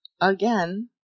again